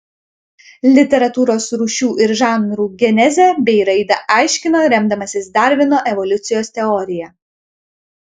literatūros rūšių ir žanrų genezę bei raidą aiškino remdamasis darvino evoliucijos teorija